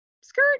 skirt